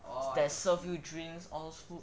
that serve you drinks all those food